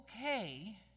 okay